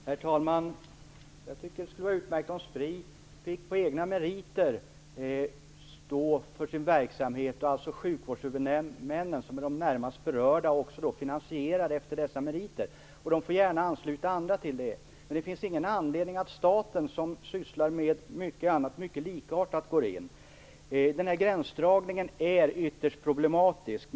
Herr talman! Jag tycker att det skulle vara utmärkt om Spri fick stå för sin verksamhet på egna meriter och sjukvårdshuvudmännen, som är de närmast berörda, finansiera den efter dessa meriter. Man får gärna ansluta andra, men det finns ingen anledning att staten, som sysslar med mycket annat likartat, går in. Gränsdragningen är ytterst problematisk.